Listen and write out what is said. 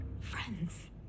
friends